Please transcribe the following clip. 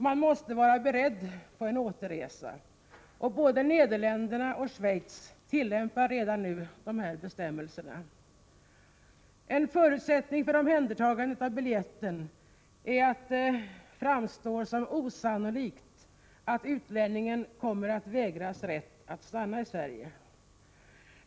Man måste vara beredd på en återresa. Både Nederländerna och Schweiz tillämpar redan nu dessa bestämmelser. En förutsättning för omhändertagande av biljetten är att det inte framstår som osannolikt att utlänningen kommer att vägras rätt att stanna i Sverige.